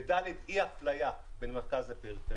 וד' אי אפליה בין מרכז לפריפריה.